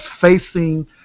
facing